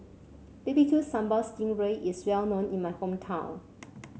B B Q Sambal Sting Ray is well known in my hometown